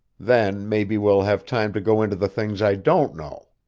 then maybe we'll have time to go into the things i don't know.